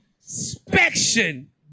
inspection